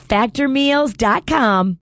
Factormeals.com